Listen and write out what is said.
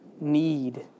need